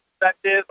perspective